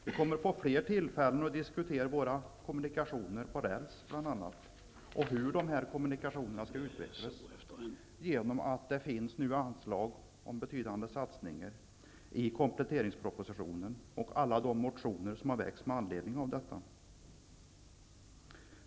Vi kommer alltså att få fler tillfällen att diskutera våra kommunikationer på räls och hur dessa skall kunna utvecklas. Förslag om betydande satsningar på dessa områden finns nämligen i kompletteringspropositionen och i alla de motioner som väckts med anledning av denna.